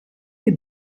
les